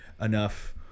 enough